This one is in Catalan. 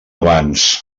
abans